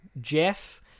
Jeff